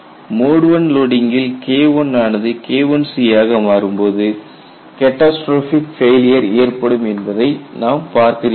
mode I லோடிங்கில் K1 ஆனது K1C ஆக மாறும் போது கேடாஸ்றோஃபிக் ஃபெயிலியர் ஏற்படும் என்பதை நாம் பார்த்திருக்கிறோம்